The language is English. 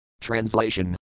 Translation